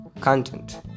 content